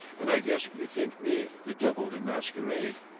and i guess you think me the devil in masquerade.